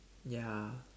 ya